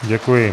Děkuji.